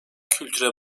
kültüre